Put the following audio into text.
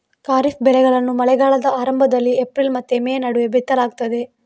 ಖಾರಿಫ್ ಬೆಳೆಗಳನ್ನು ಮಳೆಗಾಲದ ಆರಂಭದಲ್ಲಿ ಏಪ್ರಿಲ್ ಮತ್ತು ಮೇ ನಡುವೆ ಬಿತ್ತಲಾಗ್ತದೆ